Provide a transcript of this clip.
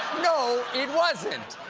no, it wasn't.